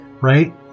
right